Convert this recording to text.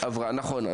עברה, נכון.